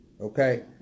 okay